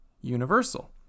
universal